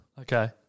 Okay